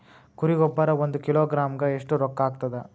ಕುರಿ ಗೊಬ್ಬರ ಒಂದು ಕಿಲೋಗ್ರಾಂ ಗ ಎಷ್ಟ ರೂಕ್ಕಾಗ್ತದ?